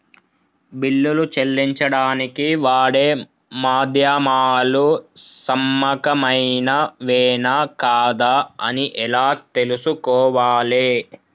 బిల్లులు చెల్లించడానికి వాడే మాధ్యమాలు నమ్మకమైనవేనా కాదా అని ఎలా తెలుసుకోవాలే?